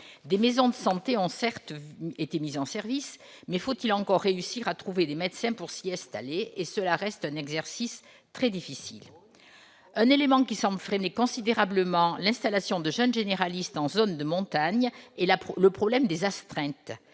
Des maisons de santé ont certes été mises en service, mais encore faut-il réussir à trouver des médecins pour s'y installer. Or cela reste un exercice très difficile. Un élément qui semble freiner considérablement l'installation de jeunes généralistes en zone de montagne est le problème des astreintes